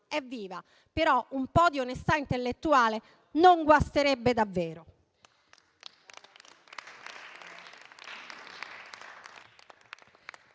Evviva, però un po' di onestà intellettuale non guasterebbe davvero.